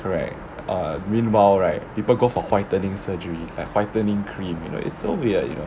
correct err meanwhile right people go for whitening surgery have whitening cream you know it's so weird you know